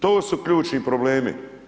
To su ključni problemi.